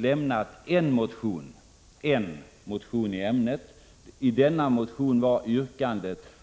Yrkandet i denna motion var